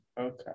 Okay